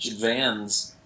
vans